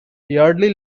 yardley